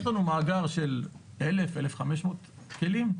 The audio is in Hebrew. יש לנו מאגר של 1,000 1,500 כלים,